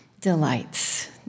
delights